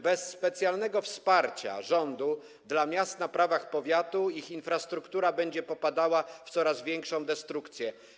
Bez specjalnego wsparcia rządu dla miast na prawach powiatu ich infrastruktura będzie popadała w coraz większą destrukcję.